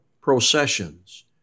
processions